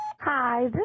Hi